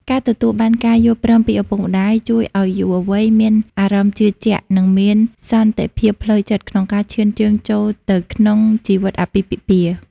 ការទទួលបានការយល់ព្រមពីឪពុកម្ដាយជួយឱ្យយុវវ័យមានអារម្មណ៍ជឿជាក់ និងមានសន្តិភាពផ្លូវចិត្តក្នុងការឈានជើងចូលទៅក្នុងជីវិតអាពាហ៍ពិពាហ៍។